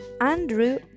andrew